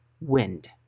wind